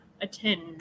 attend